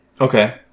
Okay